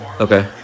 Okay